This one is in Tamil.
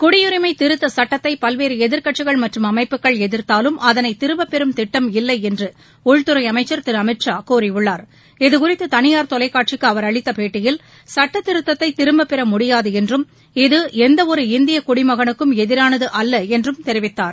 குடியுரினம திருத்த சுட்டத்தை பல்வேறு எதிர்க்கட்சிகள் மற்றும் அமைப்புகள் எதிர்த்தாலும் அதனை திரும்பப்பெறும் திட்டம் இல்லை என்று உள்துறை அமைச்சர் திரு அமித் ஷா கூறியுள்ளார் இது குறித்து தனியார் தொலைக்காட்சிக்கு அவர் அளித்த பேட்டியில் சட்டத்திருத்தத்தை திரும்பப்பெற முடியாது என்றும் இது எந்தவொரு இந்திய குடிமகனுக்கும் எதிரானது அல்ல என்றும் தெரிவித்தார்